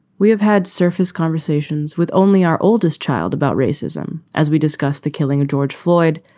we have had surface conversations with only our oldest child about racism as we discussed the killing of george floyd.